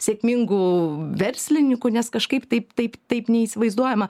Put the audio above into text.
sėkmingu verslininku nes kažkaip taip taip taip neįsivaizduojama